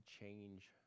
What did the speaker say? change